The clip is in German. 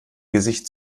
gesicht